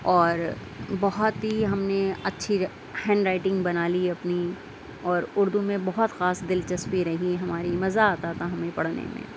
اور بہت ہی ہم نے اچھی ہینڈ رائٹنگ بنا لی اپنی اور اردو میں بہت خاص دلچسپی رہی ہماری مزہ آتا تھا ہمیں پڑھنے میں